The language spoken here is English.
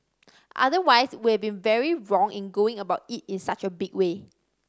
otherwise we have been very wrong in going about it in such a big way